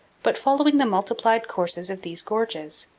but following the multiplied courses of these gorges.